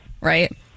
right